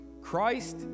Christ